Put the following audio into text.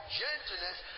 gentleness